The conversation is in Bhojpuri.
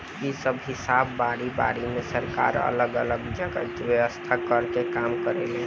इ सब हिसाब बारी बारी से सरकार अलग अलग जगह व्यवस्था कर के काम करेले